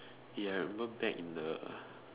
ya I remember back in the